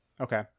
Okay